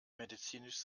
medizinisch